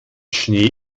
schnee